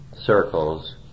circles